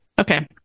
Okay